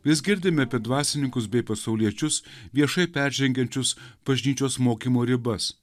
vis girdime apie dvasininkus bei pasauliečius viešai peržengiančius bažnyčios mokymo ribas